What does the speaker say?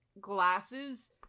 glasses